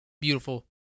beautiful